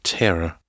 terror